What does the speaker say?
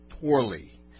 poorly